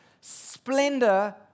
splendor